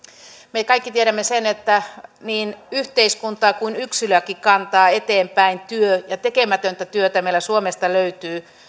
me kaikki tiedämme sen että niin yhteiskuntaa kuin yksilöäkin kantaa eteenpäin työ ja tekemätöntä työtä meillä suomesta löytyy